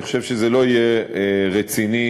אני חושב שזה לא יהיה רציני